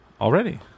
Already